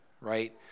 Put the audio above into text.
right